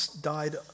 died